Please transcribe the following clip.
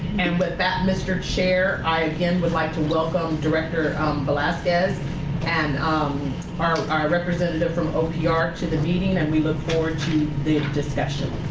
and but that, mr. chair, i again, would like to welcome director velasquez and our our representative from opr ah to the meeting, and we look forward to the discussions.